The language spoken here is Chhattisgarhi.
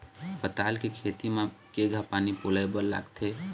पताल के खेती म केघा पानी पलोए बर लागथे?